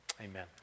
Amen